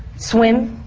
swim,